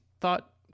thought